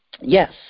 Yes